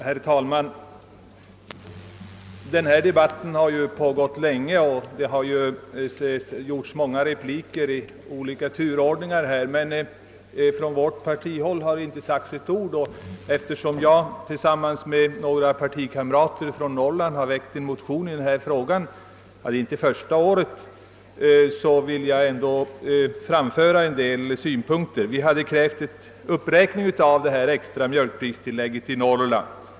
Herr talman! Den här debatten har pågått länge, och det har gjorts många repliker i olika turordningar, men från vårt parti har det ännu inte sagts ett enda ord, och eftersom jag tillsammans med några partikamrater från Norrland har väckt en motion i denna fråga — det är inte första året — vill jag anföra en del synpunkter. Vi har krävt en uppräkning av det extra mjölkpristillägget i Norrland.